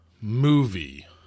movie